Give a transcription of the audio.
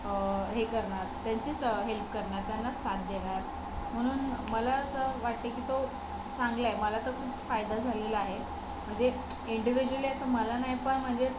हे करणार त्यांचीच हेल्प करणार त्यांनाच साथ देणार म्हणून मला असं वाटते की तो चांगला आहे मला तर खूप फायदा झालेला आहे म्हणजे इंडिविज्युअली असं मला नाही पण म्हणजे